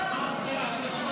להלן תוצאות